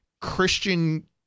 Christian